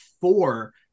four